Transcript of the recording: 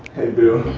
hey boo.